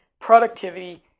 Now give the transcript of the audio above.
productivity